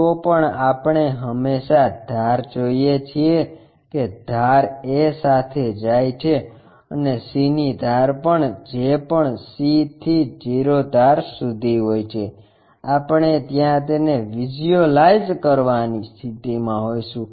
તો પણ આપણે હંમેશાં ધાર જોઈએ છીએ કે ધાર એ સાથે જાય છે અને c ની ધાર પણ જે પણ c થી o ધાર સુધી હોય છે આપણે ત્યાં તેને વિઝ્યુઅલાઈઝ કરવાની સ્થિતિમાં હોઈશું